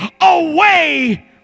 away